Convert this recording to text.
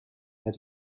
het